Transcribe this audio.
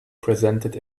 presented